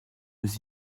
vous